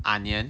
onion